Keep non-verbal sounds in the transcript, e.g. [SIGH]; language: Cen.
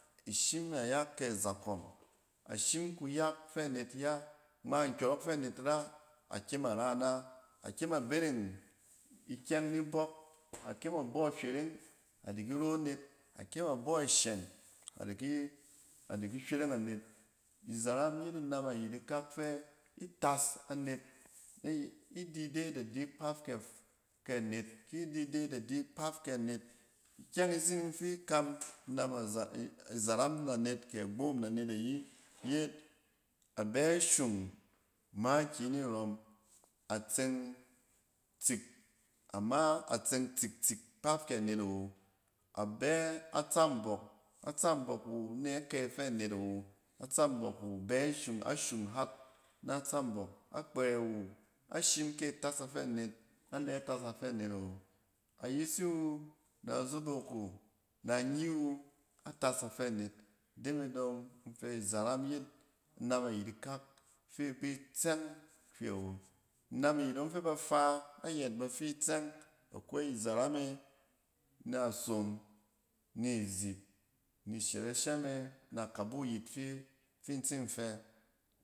Ishim nayak kɛ azakɔm, ashim kuyak fɛ net ya. Ngma nkyɔrɔk fɛ net ra, a kyem a ra ina. A kyem a berang ikyɛng ni bɔk, a kyem a bɔ hyweremg a di ki ro net, akyema bɔ ishɛn adi ki-adiki hywereng anet. Izaram yet inam ayit ikak fɛ itas anet nɛ idi de da di kpat kɛ-f-ke net, ki di de da di kpaf kɛ net. Ikyɛng izining fi kam inam [HESITATION] izaram na net kɔ agboom na net ayi yet abɛ ashung makiyi ni rɔm, a tseng tsik ama atseng tsik-tsik kpaf kɛ net awo. Abɛ atsambɔk, a tsɔmbɔk wu nɛ kai afɛ net awo. A tsambɔk wu bɛ shung, ashung har na tsambɔk. Akpɛrɛ wu ahsim kɛ a tas a fɛ net, anɛ tas a fɛ net awo. Ayisi wu, na azonok wu, na anyi wu a tas a fɛ net. Ide me dɔng in fɛ izaram yet inam ayit ikak fi ibi tsɛng hywɛ wo. Inam ayit ɔng fɛ ba fa ayɛt ba fi itsɛng, akwai izaram e, na asom, ni izip ni shɛrɛshɛ me, na akabu ayit fi-fi in tsim fɛ